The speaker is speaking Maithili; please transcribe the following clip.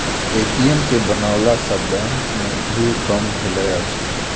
ए.टी.एम के बनओला सॅ बैंक मे भीड़ कम भेलै अछि